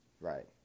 Right